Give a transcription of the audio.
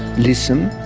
lissom,